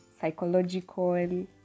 psychological